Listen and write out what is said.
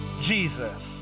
Jesus